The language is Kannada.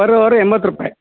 ಪರ್ ಅವರು ಎಂಬತ್ತು ರುಪಾಯ್